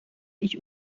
ich